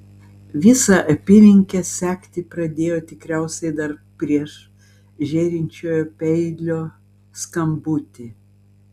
visą apylinkę sekti pradėjo tikriausiai dar prieš žėrinčiojo peilio skambutį